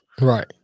Right